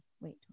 wait